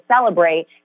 celebrate